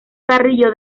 carrillo